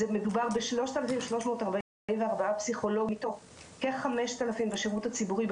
זה מדובר ב- 3,344 פסיכולוגים מתוך כ- 5,000 בשירות הציבורי,